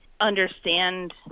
understand